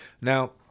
Now